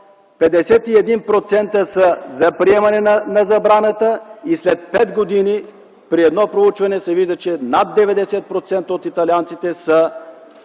51% са за приемане на забраната, а след пет години при едно проучване се вижда, че над 90% от италианците са